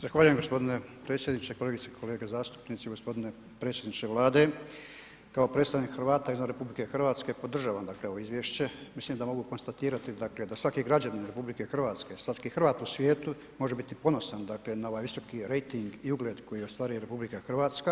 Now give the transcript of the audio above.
Zahvaljujem g. predsjedniče, kolegice i kolege zastupnici, g. predsjedniče Vlade, kao predstavnik Hrvata izvan RH, podržavam dakle ovo izvješće, mislim da mogu konstatirati dakle da svaki građanin RH, da svaki Hrvat u svijetu može biti ponosan dakle na ovaj visoki rejting i ugled koji ostvaruje RH.